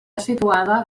situada